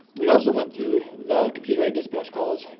we also went through the computerized dispatch calls.